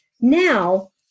now